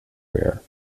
rare